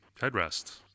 headrest